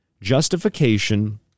justification